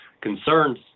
concerns